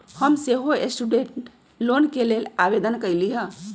हम सेहो student loan के लेल आवेदन कलियइ ह